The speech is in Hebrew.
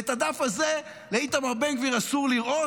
ואת הדף הזה לאיתמר בן גביר אסור לראות,